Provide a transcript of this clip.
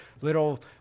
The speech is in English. little